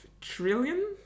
trillion